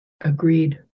Agreed